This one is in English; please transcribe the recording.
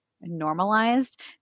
normalized